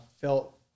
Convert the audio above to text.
felt